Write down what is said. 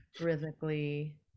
rhythmically